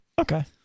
Okay